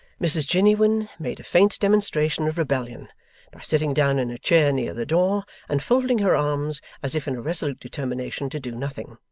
mrs jiniwin made a faint demonstration of rebellion by sitting down in a chair near the door and folding her arms as if in a resolute determination to do nothing.